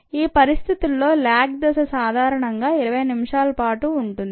ఈ పరిస్థితుల్లో ల్యాగ్ దశ సాధారణంగా 20 నిమిషాలపాటు ఉంటుంది